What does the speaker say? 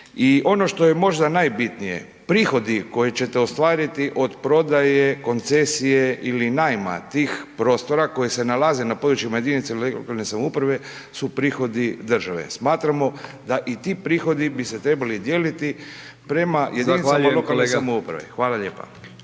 I ono što je možda najbitnije, prihodi koje ćete ostvariti od prodaje, koncesije ili najma tih prostora koji se nalaze na području jedinice lokalne samouprave su prihodi države. Smatramo da bi se i ti prihodi trebali dijeliti prema jedinicama lokalne samouprave. Hvala lijepa.